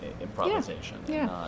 improvisation